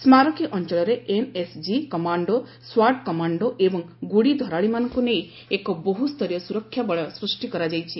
ସ୍କାରକୀ ଅଞ୍ଚଳରେ NSG commando ସ୍ୱାଟ୍ କମାଣ୍ଡୋ ଏବଂ ଗୁଡ଼ି ଧରାଳୀମାନଙ୍କ ନେଇ ଏକ ବହୁସ୍ତରୀୟ ସ୍ୱରକ୍ଷା ବଳୟ ସୃଷ୍ଟି କରାଯାଇଛି